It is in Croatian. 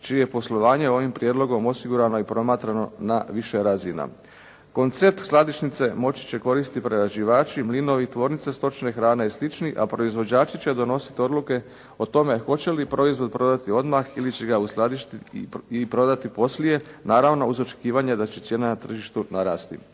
je poslovanje ovim prijedlogom osigurano i promatrano na više razina. Koncept skladišnice moći će koristiti prerađivači, mlinovi, tvornice stočne hrane i slični, a proizvođači će donositi odluke o tome hoće li proizvod prodati odmah ili će ga uskladištiti i prodati poslije, naravno uz očekivanje da će cijena na tržištu narasti